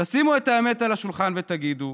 תשימו את האמת על השולחן ותגידו,